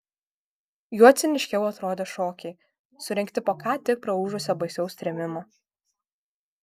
juo ciniškiau atrodė šokiai surengti po ką tik praūžusio baisaus trėmimo